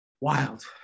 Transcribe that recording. Wild